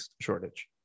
shortage